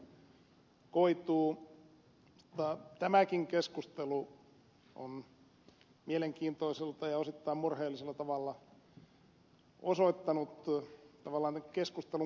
tämäkin keskustelu on mielenkiintoisella ja osittain murheellisella tavalla osoittanut tavallaan keskustelun kaksijakoisuuden